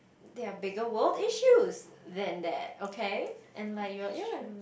there are bigger world issues than that okay and like you're ya